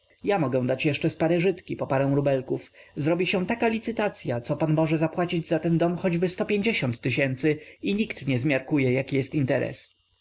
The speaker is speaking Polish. ja mogę dać jeszcze z pare żydki po pięć rubelków zrobi się taka licytacya co pan może zapłacić za ten dom choćby tysięcy i nikt nie zmiarkuje jaki jest interes